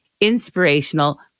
inspirational